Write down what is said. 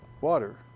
water